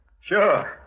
Sure